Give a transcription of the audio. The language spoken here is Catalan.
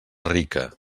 rica